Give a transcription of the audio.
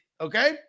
okay